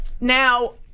Now